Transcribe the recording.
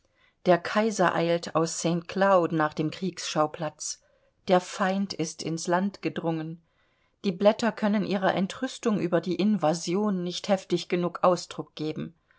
der kaiser eilt aus st cloud nach dem kriegsschauplatz der feind ist ins land gedrungen die blätter können ihrer entrüstung über die invasion nicht heftig genug ausdruck geben